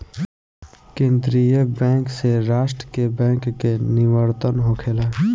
केंद्रीय बैंक से राष्ट्र के बैंक के निवर्तन होखेला